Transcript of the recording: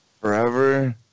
Forever